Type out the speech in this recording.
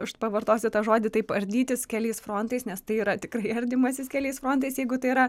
aš pavartosiu tą žodį taip ardytis keliais frontais nes tai yra tikrai ardymasis keliais frontais jeigu tai yra